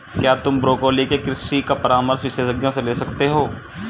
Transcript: क्या तुम ब्रोकोली के कृषि का परामर्श विशेषज्ञों से ले सकते हो?